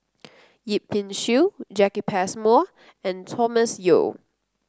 Yip Pin Xiu Jacki Passmore and Thomas Yeo